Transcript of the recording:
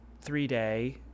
three-day